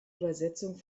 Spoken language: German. übersetzung